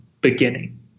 beginning